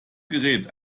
gerät